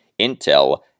intel